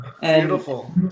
Beautiful